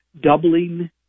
doubling